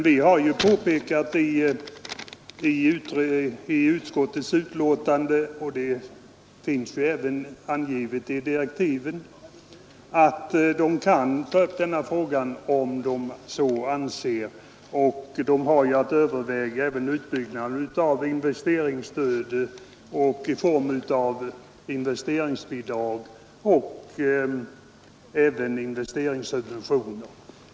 Vi har sagt i utskottets betänkande — och det finns också angivet i utredningens direktiv — att utredningen kan ta upp de frågorna, om den så vill. Likaså skall utredningen överväga utbyggnaden av investeringsstöd i form av investeringsbidrag eller andra investeringssubventioner.